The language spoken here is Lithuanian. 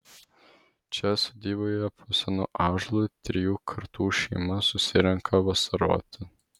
čia sodyboje po senu ąžuolu trijų kartų šeima susirenka vasaroti